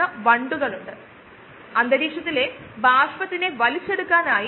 pH നിയന്ത്രിത അളവിൽ പ്രധാനപ്പെട്ടൊരു ചേരുവക ആണ്